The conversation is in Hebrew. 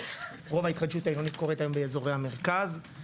רוב ההתחדשות העירונית קורית היום באזורי המרכז.